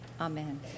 Amen